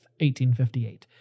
1858